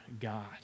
God